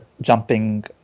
jumping